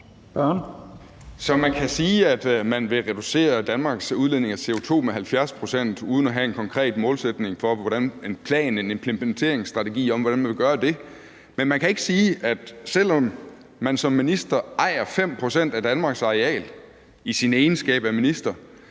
man kan sige, at man vil reducere Danmarks udledning af CO2 med 70 pct. uden at have en konkret målsætning og en implementeringsstrategi for, hvordan man vil gøre det. Men man kan ikke sige, selv om man som minister ejer 5 pct. af Danmarks areal i sin egenskab af at